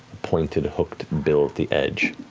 pointed hooked bill at the edge.